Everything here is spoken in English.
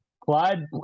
Clyde